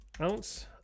ounce